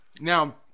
Now